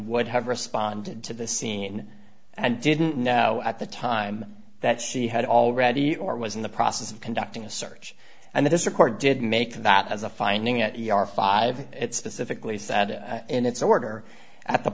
would have responded to the scene and didn't know at the time that she had already or was in the process of conducting a search and this report did make that as a finding that you are five it specifically said in its order at the